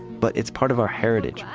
but it's part of our heritage.